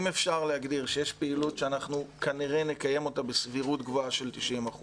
האם אפשר להגדיר שיש פעילות שאנחנו נקיים אותה בסבירות גבוהה של 90%,